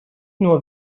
nur